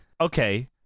Okay